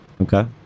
Okay